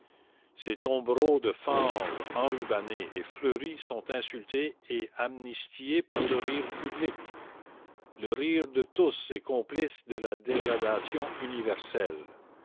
ces tombereaux de fange enrubannée et fleurie sont insultés et amnistiés par le rire public le rire de tous est complice de la dégradation universelle